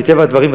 מטבע הדברים,